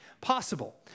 possible